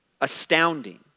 astounding